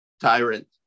tyrant